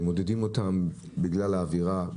מודדים אותם בגלל האווירה,